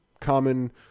common